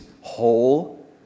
whole